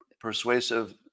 persuasive